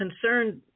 concerned